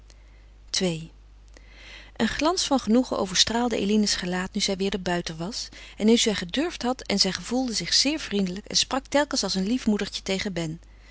ii een glans van genoegen overstraalde eline's gelaat nu zij weder buiten was en nu zij gedurfd had en zij gevoelde zich zeer vriendelijk en sprak telkens als een lief moedertje tegen ben